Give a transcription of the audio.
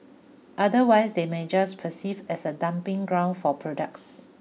otherwise they may just perceived as a dumping ground for products